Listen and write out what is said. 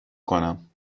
کنم